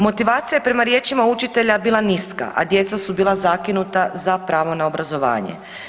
Motivacija je prema riječima učitelja bila niska, a djeca su bila zakinuta za pravo na obrazovanje.